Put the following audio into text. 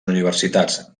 universitats